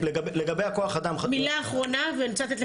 מילה אחרונה יכין.